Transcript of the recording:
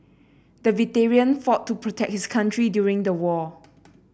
the veteran fought to protect his country during the war